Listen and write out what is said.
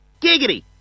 Giggity